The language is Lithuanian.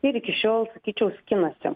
ir iki šiol sakyčiau skinasi